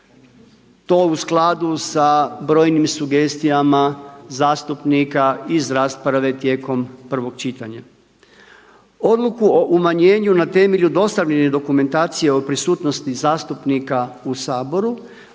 To u skladu sa brojnim sugestijama zastupnika iz rasprave tijekom prvog čitanja. Odluku o umanjenju na temelju dostavljene dokumentacije o prisutnosti zastupnika u Saboru,